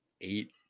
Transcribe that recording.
eight